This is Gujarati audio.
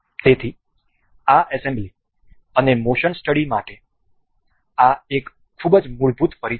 તેથી આ એસેમ્બલી અને મોશન સ્ટડી માટે આ એક ખૂબ જ મૂળભૂત પરિચય હતો